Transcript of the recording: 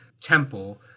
temple